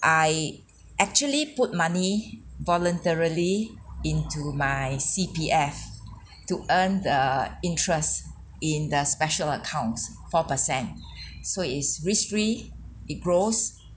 I actually put money voluntarily into my C_P_F to earn the interest in the special accounts four per cent so it's risk free it grows